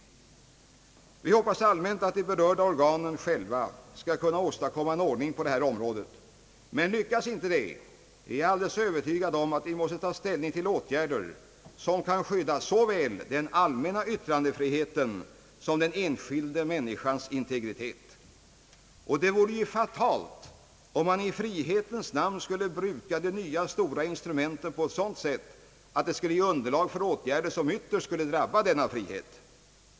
Vi hoppas allmänt att de berörda organen själva skall kunna åstadkomma en ordning på detta område, men lyckas inte det är jag alldeles övertygad om att vi måste ta ställning till åtgärder som kan skydda såväl den allmänna yttrandefriheten som den enskilda människans integritet. Det vore ju fatalt om man i frihetens namn skulle bruka de nya stora instrumenten på ett sådant sätt att det skulle ge underlag för åtgärder som ytterst skulle drabba denna frihet!